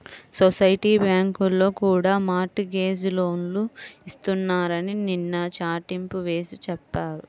society బ్యాంకుల్లో కూడా mortgage లోన్లు ఇస్తున్నారని నిన్న చాటింపు వేసి చెప్పారు